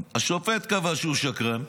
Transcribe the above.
השופט קבע שהוא שקרן,